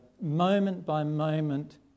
moment-by-moment